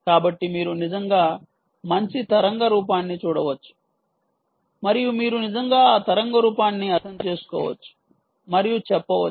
కాబట్టి మీరు నిజంగా మంచి తరంగ రూపాన్ని చూడవచ్చు మరియు మీరు నిజంగా ఆ తరంగ రూపాన్ని అర్ధం చేసుకోవచ్చు మరియు చెప్పవచ్చు